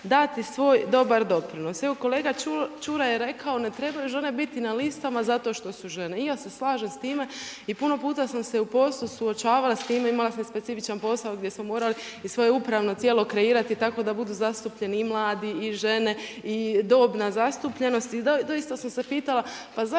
dati svoj dobar doprinos. Evo kolega Čuraj je rekao, ne trebaju žene biti na listama zato što su žene. I ja se slažem s time. I puno puta sam se u poslu suočavala s time, imala sam i specifičan posao gdje smo morali i svoje upravno tijelo kreirati tako da budu zastupljeni i mladi i žene i dobna zastupljenost. I doista sam se pitala pa zašto